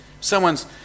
Someone's